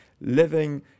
living